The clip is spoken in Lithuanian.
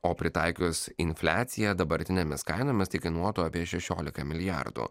o pritaikius infliaciją dabartinėmis kainomis tai kainuotų apie šešiolika milijardų